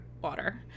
water